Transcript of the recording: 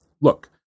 Look